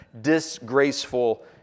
disgraceful